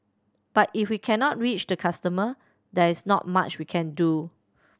but if we cannot reach the customer there is not much we can do